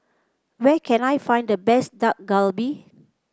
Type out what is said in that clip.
where can I find the best Dak Galbi